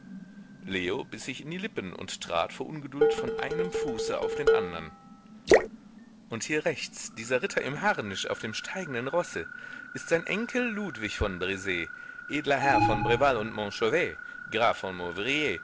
leo biß sich in die lippen und trat vor ungeduld von einem fuße auf den andern und hier rechts dieser ritter im harnisch auf dem steigenden rosse ist sein enkel ludwig von brz edler herr von breval und montchauvet graf von